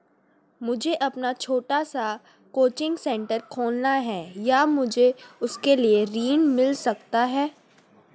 मुझे अपना छोटा सा कोचिंग सेंटर खोलना है क्या मुझे उसके लिए ऋण मिल सकता है?